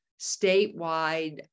statewide